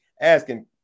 asking